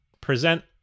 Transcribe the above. present